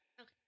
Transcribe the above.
Okay